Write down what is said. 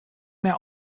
mehr